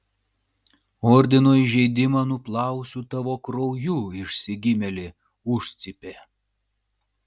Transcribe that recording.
ordino įžeidimą nuplausiu tavo krauju išsigimėli užcypė